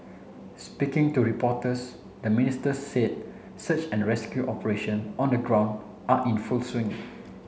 speaking to reporters the Ministers said search and rescue operation on the ground are in full swing